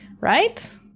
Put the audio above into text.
Right